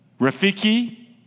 Rafiki